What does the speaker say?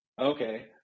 okay